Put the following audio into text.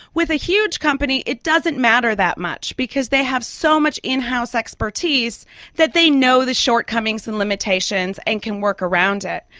with a huge company it doesn't matter that much because they have so much in-house expertise that they know the shortcomings and limitations and can work around it.